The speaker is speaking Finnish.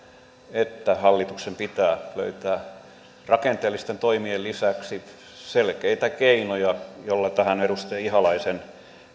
että hallituksen pitää löytää rakenteellisten toimien lisäksi selkeitä keinoja joilla tähän edustaja ihalaisen